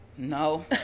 no